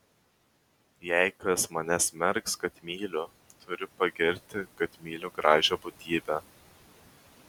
jei kas mane smerks kad myliu turi pagirti kad myliu gražią būtybę